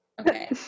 okay